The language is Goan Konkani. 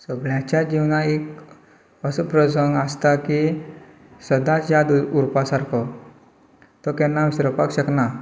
सगळ्यांच्या जिवनांत एक असो प्रसंग आसता की सदांच याद उरपा सारको तो केन्ना विसरपाक शकना